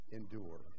endure